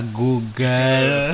google